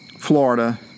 Florida